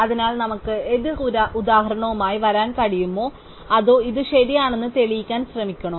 അതിനാൽ നമുക്ക് എതിർ ഉദാഹരണവുമായി വരാൻ കഴിയുമോ അതോ ഇത് ശരിയാണെന്ന് തെളിയിക്കാൻ ശ്രമിക്കണോ